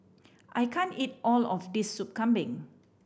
I can't eat all of this Sup Kambing